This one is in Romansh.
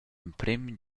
emprem